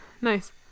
Nice